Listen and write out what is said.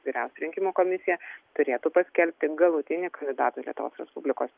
vyriausioji rinkimų komisija turėtų paskelbti galutinį kandidatų į lietuvos respublikos